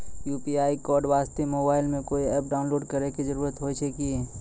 UPI code वास्ते mobile मे कोय एप्प डाउनलोड करे के जरूरी होय छै की?